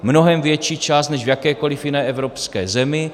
Mnohem větší část než v jakékoliv jiné evropské zemi.